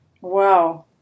Wow